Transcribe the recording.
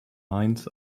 mainz